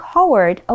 Howard